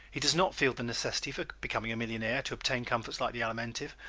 he does not feel the necessity for becoming a millionaire to obtain comforts like the alimentive,